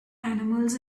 animals